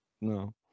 No